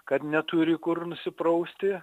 kad neturi kur nusiprausti